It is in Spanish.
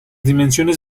dimensiones